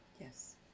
Yes